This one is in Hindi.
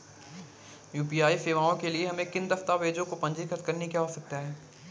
यू.पी.आई सेवाओं के लिए हमें किन दस्तावेज़ों को पंजीकृत करने की आवश्यकता है?